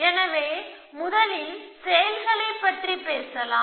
எனவே முதலில் செயல்களைப் பற்றி பேசலாம்